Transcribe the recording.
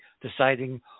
deciding